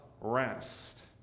rest